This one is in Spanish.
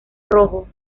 rojo